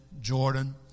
Jordan